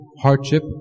hardship